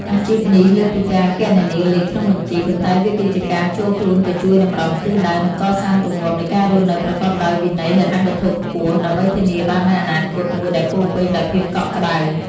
អាជីពនេះលើសពីការគណនាលេខក្នុងបញ្ជី ប៉ុន្តែវាគឺជាការចូលខ្លួនទៅជួយតម្រង់ទិសដៅ និងកសាងទម្លាប់នៃការរស់នៅប្រកបដោយវិន័យហិរញ្ញវត្ថុខ្ពស់ ដើម្បីធានាបាននូវអនាគតមួយដែលពោរពេញដោយភាពកក់ក្ដៅ។